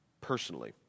personally